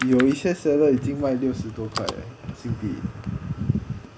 有一些 seller 已经卖六十多块 eh 新币